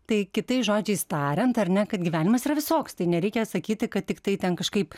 tai kitais žodžiais tariant ar ne kad gyvenimas yra visoks tai nereikia sakyti kad tiktai ten kažkaip